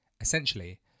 Essentially